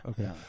Okay